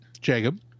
jacob